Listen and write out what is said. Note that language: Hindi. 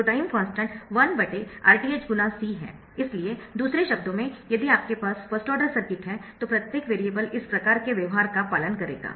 तो टाइम कॉन्स्टन्ट 1 Rth × c है इसलिए दूसरे शब्दों में यदि आपके पास फर्स्ट ऑर्डर सर्किट है तो प्रत्येक वेरिएबल इस प्रकार के व्यवहार का पालन करेगा